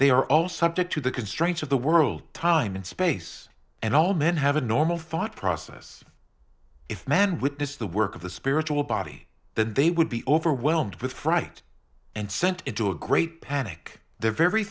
they are all subject to the constraints of the world time and space and all men have a normal thought process if man witnessed the work of the spiritual body then they would be overwhelmed with fright and sent it to a great panic the very